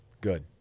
Good